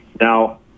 now